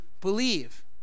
believe